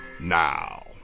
now